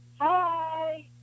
Hi